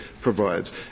provides